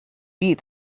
beat